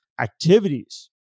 Activities